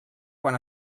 quan